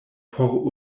por